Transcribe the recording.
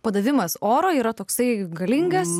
padavimas oro yra toksai galingas